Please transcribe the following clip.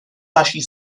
naší